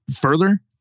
further